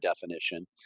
definition